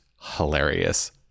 hilarious